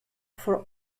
for